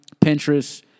Pinterest